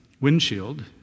windshield